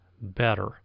better